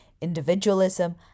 individualism